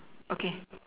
okay